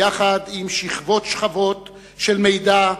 יחד עם שכבות שכבות של מידע,